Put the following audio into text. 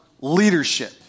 leadership